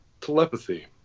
telepathy